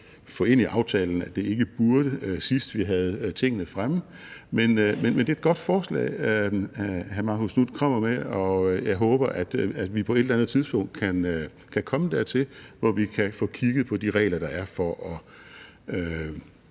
få ind i aftalen, at det ikke burde det, sidst vi havde tingene fremme, men det er et godt forslag, hr. Marcus Knuth kommer med, og jeg håber, at vi på et eller andet tidspunkt kan komme dertil, hvor vi kan få kigget på de regler, der er for at